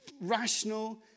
rational